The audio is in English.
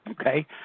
Okay